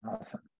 Awesome